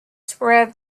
spread